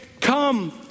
Come